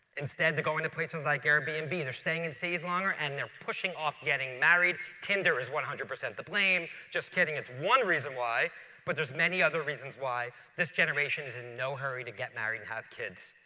instead, they're going to places like airbnb. and they're staying in cities longer and they're pushing off getting married. tinder is one hundred percent to blame. just kidding, it's one reason why but there's many other reasons why this generation is in no hurry to get married and to have kids.